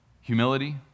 humility